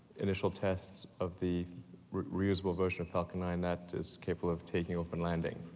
initial tests of the reusable version of falcon nine that is capable of taking open landing,